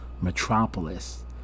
Metropolis